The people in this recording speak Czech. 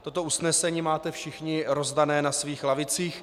Toto usnesení máte všichni rozdáno na svých lavicích.